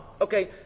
Okay